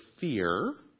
fear